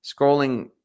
scrolling